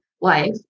life